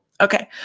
Okay